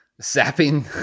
sapping